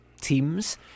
teams